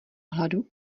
hladu